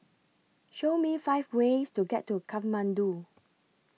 Show Me five ways to get to Kathmandu